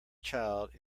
child